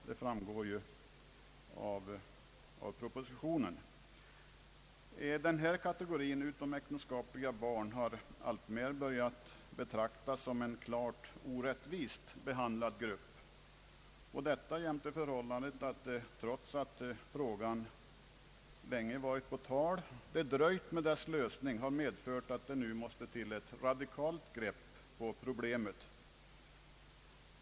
Det framgår av propositionen. Denna kategori utomäktenskapliga barn har alltmer börjat betraktas som en klart orättvist behandlad grupp. Detta jämte förhållandet att — trots att frågan länge varit på tal — en lösning av frågan har dröjt har medfört att radikala grepp nu måste till.